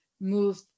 moved